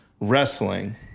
wrestling